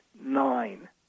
nine